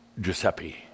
Giuseppe